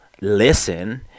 listen